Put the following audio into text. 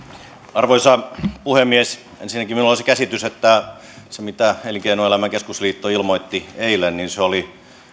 arvoisa puhemies ensinnäkin minulla on se käsitys että se mitä elinkeinoelämän keskusliitto ilmoitti eilen oli